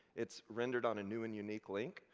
it's rendered on a new and unique link,